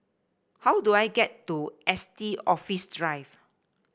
how do I get to Estate Office Drive